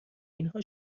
اینها